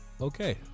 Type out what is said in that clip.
Okay